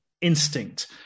Instinct